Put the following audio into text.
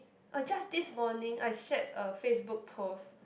uh just this morning I shared a Facebook post